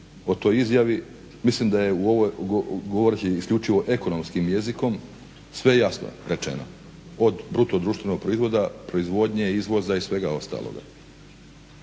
o toj izjavi mislim da je, govoreći isključivo ekonomskim jezikom, sve jasno rečeno, od bruto društvenog proizvoda, proizvodnje, izvoza i svega ostaloga.